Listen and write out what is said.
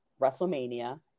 wrestlemania